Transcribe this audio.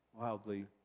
Wildly